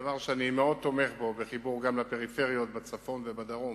דבר שאני מאוד תומך בו בחיבור גם לפריפריות בצפון ובדרום,